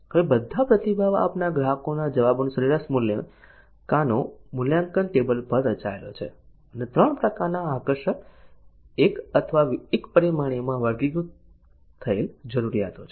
હવે બધા પ્રતિભાવ આપનાર ગ્રાહકોના જવાબોનું સરેરાશ મૂલ્ય કાનો મૂલ્યાંકન ટેબલ પર રચાયેલ છે અને 3 પ્રકારના આકર્ષક એક અથવા એક પરિમાણીયમાં વર્ગીકૃત થયેલ જરૂરિયાતો છે